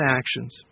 actions